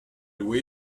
loué